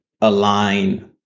align